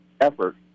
effort